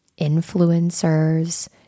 influencers